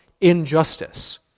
injustice